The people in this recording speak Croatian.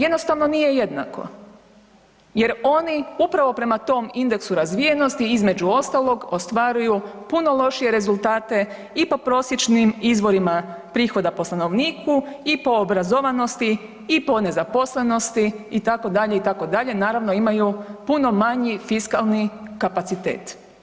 Jednostavno nije jednako jer oni upravo prema tom indeksu razvijenosti između ostalog ostvaruju puno lošije rezultate i po prosječnim izvorima prihoda po stanovniku i po obrazovanosti i po nezaposlenosti itd., itd., naravno imaju puno manji fiskalni kapacitet.